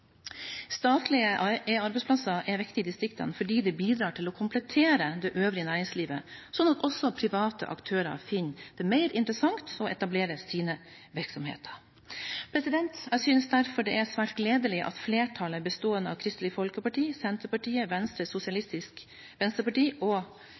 Statlige arbeidsplasser er viktige i distriktene fordi de bidrar til å komplettere det øvrige næringslivet, slik at også private aktører finner det mer interessant å etablere sine virksomheter. Jeg synes derfor det er svært gledelig at flertallet, bestående av Kristelig Folkeparti, Senterpartiet, Venstre,